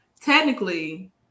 Technically